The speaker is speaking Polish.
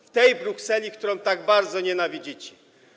W tej Brukseli, której tak bardzo nienawidzicie.